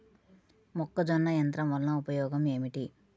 మొక్కజొన్న యంత్రం వలన ఉపయోగము ఏంటి?